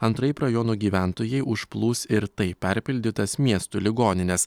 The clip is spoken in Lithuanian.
antraip rajonų gyventojai užplūs ir taip perpildytas miestų ligonines